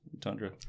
tundra